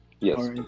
yes